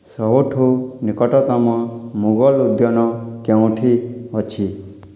ସବୁଠାରୁ ନିକଟତମ ମୁଗଲ ଉଦ୍ୟାନ କେଉଁଠି ଅଛି